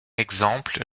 exemple